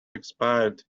expired